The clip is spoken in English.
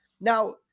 Now